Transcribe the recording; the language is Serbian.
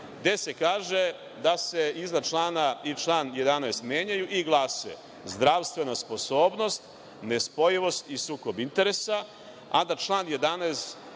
gde se kaže da se iznad člana i član 11. menjaju i glase – zdravstvena sposobnost nespojivost i sukob interesa, a da član 11.